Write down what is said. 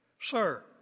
Sir